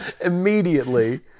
immediately